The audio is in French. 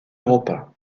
europa